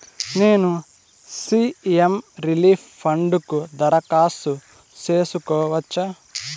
నేను CM relief fund కు దరఖాస్తు సేసుకోవచ్చా?